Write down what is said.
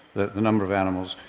the number of animals,